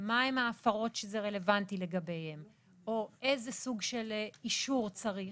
מה הן ההפרות שזה רלוונטי לגביהן או איזה סוג של אישור צריך